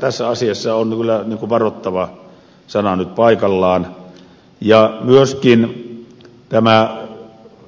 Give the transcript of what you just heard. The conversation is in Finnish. tässä asiassa on kyllä varoittava sana nyt paikallaan ja myöskin